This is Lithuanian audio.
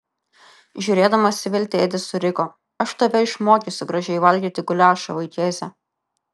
žiūrėdamas į veltėdį suriko aš tave išmokysiu gražiai valgyti guliašą vaikėze